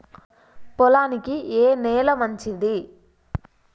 పొలానికి ఏ నేల మంచిది?